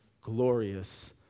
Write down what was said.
glorious